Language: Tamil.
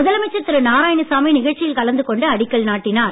முதலமைச்சர் திரு நாராயணசாமி நிகழ்ச்சியில் கலந்துகொண்டு அடிக்கல் நாட்டினார்